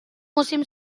musim